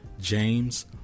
James